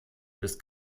des